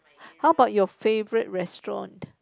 how about your favourite restaurant